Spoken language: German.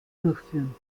durchführen